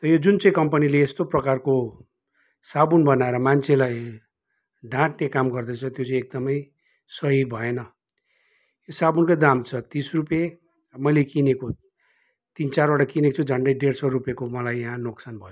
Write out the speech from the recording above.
त यो जुन चाहिँ कम्पनीले यस्तो प्रकारको साबुन बनाएर मान्छेलाई ढाट्ने काम गर्दैछ त्यो चाहिँ एकदमै सही भएन यो साबुनकै दाम छ तिस रुपियाँ मैले किनेको तिन चारवटा किनेको छु झन्डै डेढ सौ रुपियाँको मलाई यहाँ नोक्सान भयो